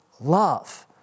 love